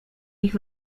ich